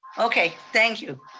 okay, thank you.